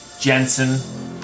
Jensen